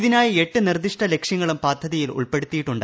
ഇതിനായി എട്ട് നിർദ്ദിഷ്ട ലക്ഷ്യങ്ങളും പദ്ധതിയിൽ ഉൾപ്പെടുത്തിയിട്ടുണ്ട്